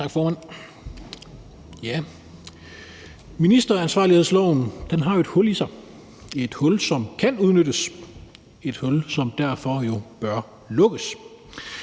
Tak, formand. Ministeransvarlighedsloven har et hul i sig – et hul, som kan udnyttes, et hul, som derfor bør lukkes.